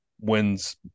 wins